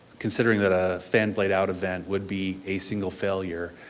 considering that a fan blade out event would be a single failure,